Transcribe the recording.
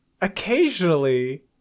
occasionally